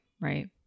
right